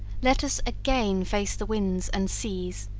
let us again face the winds and seas,